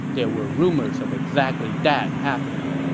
there were rumors of exactly that happening.